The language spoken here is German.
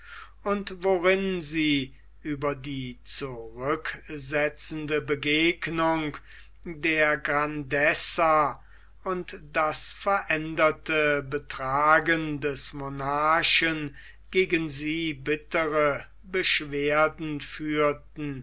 und worin sie über die zurücksetzende begegnung der grandezza und das veränderte betragen des monarchen gegen sie bittere beschwerden führten